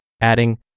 adding